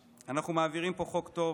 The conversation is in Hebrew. אנחנו מעבירים פה חוק טוב